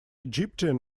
egyptian